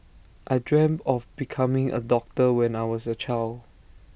I dreamt of becoming A doctor when I was A child